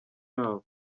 yabo